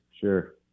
Sure